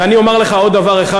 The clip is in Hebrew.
ואני אומר לך עוד דבר אחד,